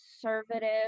conservative